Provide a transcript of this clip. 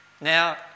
Now